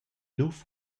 luf